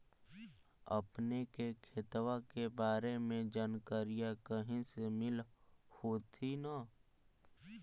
अपने के खेतबा के बारे मे जनकरीया कही से मिल होथिं न?